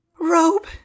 robe